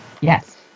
Yes